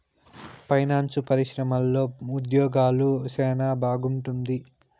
finance పరిశ్రమలో ఉద్యోగాలు సెనా బాగుంటుంది